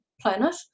planet